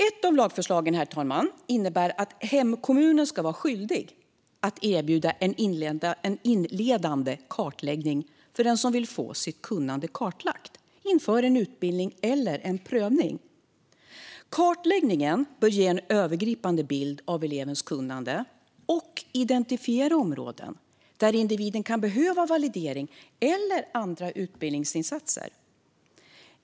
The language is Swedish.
Ett av lagförslagen, herr talman, innebär att hemkommunen ska vara skyldig att erbjuda en inledande kartläggning för den som vill få sitt kunnande kartlagt inför en utbildning eller en prövning. Kartläggningen bör ge en övergripande bild av elevens kunnande och identifiera områden där individen kan behöva validering eller andra utbildningsinsatser.